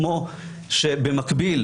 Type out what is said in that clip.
כמו שבמקביל,